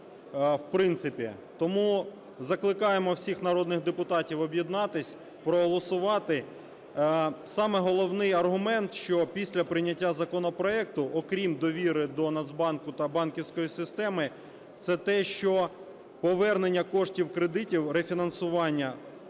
Тому закликаємо всіх народних депутатів об'єднатись, проголосувати. Саме головний аргумент, що після прийняття законопроекту окрім довіри до Нацбанку та банківської системи це те, що повернення коштів кредитів рефінансування